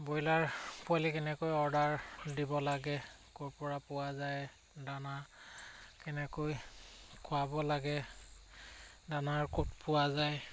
broiler পোৱালি কেনেকৈ order দিব লাগে ক'ৰ পৰা পোৱা যায় দানা কেনেকৈ খোৱাব লাগে দানা ক'ত পোৱা যায়